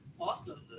Awesome